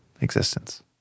existence